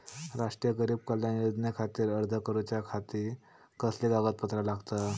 राष्ट्रीय गरीब कल्याण योजनेखातीर अर्ज करूच्या खाती कसली कागदपत्रा लागतत?